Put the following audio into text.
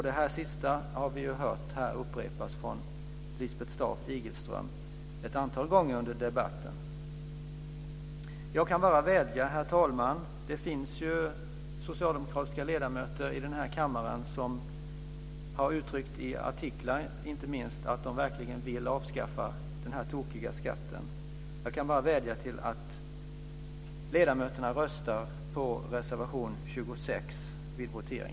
Det sista har vi hört upprepas av Lisbeth Staaf-Igelström ett antal gånger under debatten. Det finns socialdemokratiska ledamöter i denna kammare som i artiklar, inte minst, har uttryckt att de verkligen vill avskaffa denna tokiga skatt. Jag kan bara vädja om att ledamöterna röstar på reservation